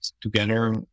together